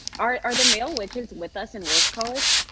are are the male witches with us in war college?